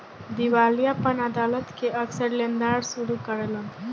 दिवालियापन अदालत के अक्सर लेनदार शुरू करेलन